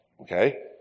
Okay